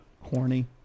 horny